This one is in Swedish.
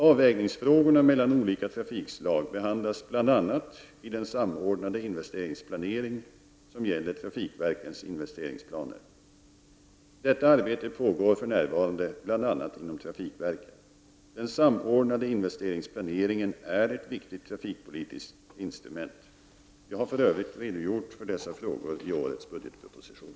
Avvägningsfrågorna beträffande olika trafikslag behandlas bl.a. i den samordnade investeringsplaneringen som gäller trafikverkens investeringsplaner. Detta arbete pågår för närvarande bl.a. inom trafikverken. Den samordnade investeringsplaneringen är ett viktigt trafikpolitiskt instrument. Jag har för övrigt redogjort för dessa frågor i årets budgetproposition.